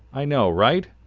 i know right?